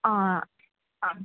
ஆ ஆ